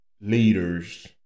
leaders